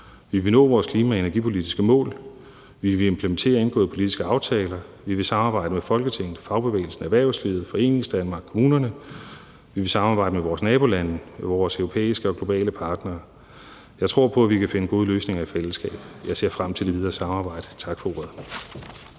Vi vil nå vores klima- og energipolitiske mål, vi vil implementere indgåede politiske aftaler, vi vil samarbejde med Folketinget, fagbevægelsen, erhvervslivet, Foreningsdanmark og kommunerne. Vi vil samarbejde med vores nabolande og med vores europæiske og globale partnere. Jeg tror på, vi kan finde gode løsninger i fællesskab. Jeg ser frem til det videre samarbejde. Tak for ordet.